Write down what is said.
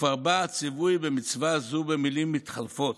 וכבר בא הציווי במצווה זו במילים מתחלפות.